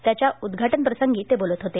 त्याच्या उद्घाटन करताना ते बोलत होते